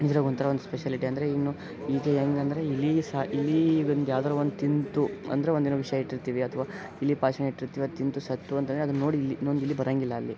ಇದ್ರಾಗ್ ಒಂಥರ ಒಂದು ಸ್ಪೆಷಾಲಿಟಿ ಅಂದರೆ ಇನ್ನು ಹೆಂಗಂದ್ರೆ ಇಲಿ ಸಾ ಇಲಿ ಒಂದು ಯಾವ್ದರೂ ತಿಂದ್ತು ಅಂದರೆ ಒಂದು ದಿನ ವಿಷ ಇಟ್ಟಿರ್ತೀವಿ ಅಥ್ವಾ ಇಲಿ ಪಾಷಾಣ ಇಟ್ಟಿರ್ತೀವಿ ಅದು ತಿಂದ್ತು ಸತ್ತಿತು ಅಂತಾನೆ ಅದನ್ನು ನೋಡಿ ಇನ್ನೊಂದು ಇಲಿ ಬರಂಗಿಲ್ಲ ಅಲ್ಲಿ